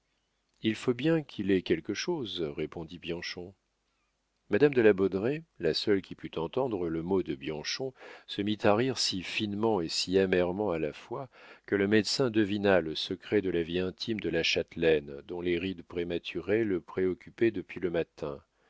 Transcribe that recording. il faut bien qu'il ait quelque chose répondit bianchon madame de la baudraye la seule qui pût entendre le mot de bianchon se mit à rire si finement et si amèrement à la fois que le médecin devina le secret de la vie intime de la châtelaine dont les rides prématurées le préoccupaient depuis le matin